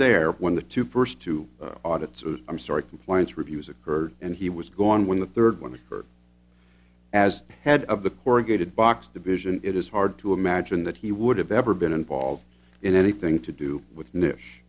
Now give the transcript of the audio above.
there when the two burst to audits i'm sorry compliance reviews occurred and he was gone when the third one occurred as head of the corrugated box division it is hard to imagine that he would have ever been involved in anything to do with ni